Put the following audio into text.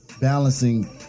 balancing